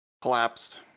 collapsed